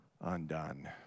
undone